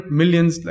millions